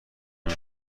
نمی